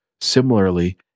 Similarly